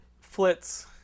Flits